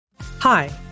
Hi